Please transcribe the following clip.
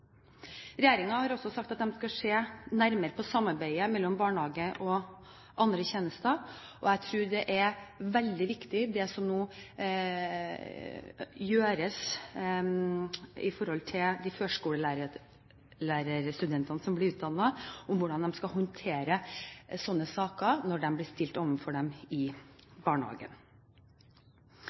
har også sagt at de skal se nærmere på samarbeidet mellom barnehage og andre tjenester. Jeg tror det er veldig viktig, det som nå gjøres overfor de førskolelærerstudentene som blir utdannet, i forbindelse med hvordan de skal håndtere slike saker når de blir stilt overfor dem i barnehagen.